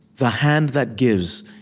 the hand that gives,